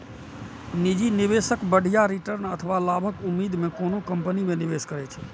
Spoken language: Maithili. निजी निवेशक बढ़िया रिटर्न अथवा लाभक उम्मीद मे कोनो कंपनी मे निवेश करै छै